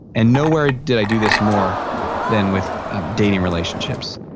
and nowhere did i do this more than with dating relationships.